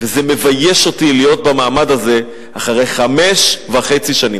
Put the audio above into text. וזה מבייש אותי להיות במעמד הזה אחרי חמש וחצי שנים.